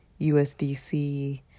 USDC